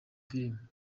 filime